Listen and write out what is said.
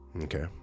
Okay